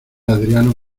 adriano